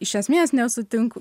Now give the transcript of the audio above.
iš esmės nesutinku